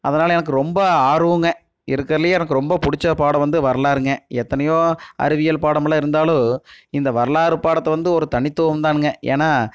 அதனால் எனக்கு ரொம்ப ஆர்வங்க இருக்கறதுலேயே எனக்கு ரொம்ப பிடிச்ச பாடம் வந்து வரலாறுங்க எத்தனையோ அறிவியல் பாடமெல்லாம் இருந்தாலும் இந்த வரலாறு பாடத்தை வந்து ஒரு தனித்துவம் தானுங்க ஏன்னால்